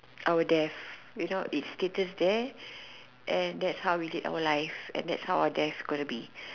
our death if not it status there and that's how we lead our life and that's how are death's gonna be